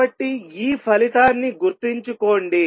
కాబట్టి ఈ ఫలితాన్ని గుర్తుంచుకోండి